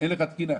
אין לך תקינה.